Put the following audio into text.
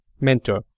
mentor